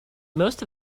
most